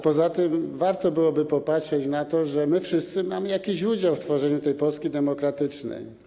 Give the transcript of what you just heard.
Poza tym warto byłoby popatrzeć na to, że my wszyscy mamy jakiś udział w tworzeniu tej Polski demokratycznej.